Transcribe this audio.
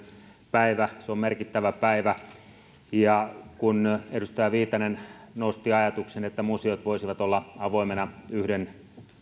päivä se on merkittävä päivä kun edustaja viitanen nosti ajatuksen että museot voisivat olla avoimina yhden